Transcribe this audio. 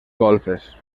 golfes